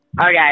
Okay